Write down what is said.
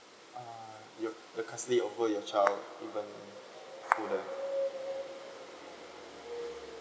uh your your custody over your child even couldn't